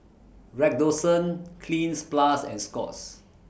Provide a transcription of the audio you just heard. Redoxon Cleanz Plus and Scott's